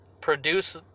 produce